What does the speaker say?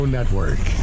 Network